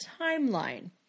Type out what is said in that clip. timeline